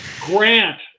Grant